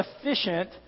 efficient